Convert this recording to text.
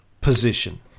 position